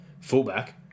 fullback